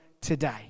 today